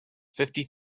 fifty